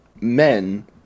men